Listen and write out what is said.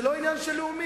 זה לא עניין של לאומי,